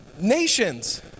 nations